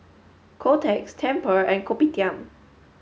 Kotex Tempur and Kopitiam